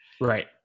right